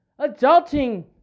Adulting